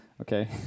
Okay